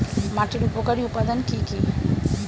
মাটির উপকারী উপাদান কি কি?